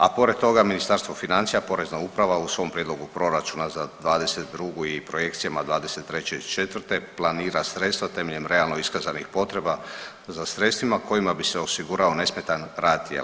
A pored toga Ministarstvo financija, Porezna uprava u svom prijedlogu proračuna za '22. i projekcijama '23. i '24. planira sredstva temeljem realno iskazanih potreba za sredstvima kojima bi se osiguralo nesmetan rad